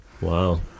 Wow